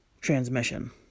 transmission